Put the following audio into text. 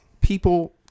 people